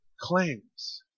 claims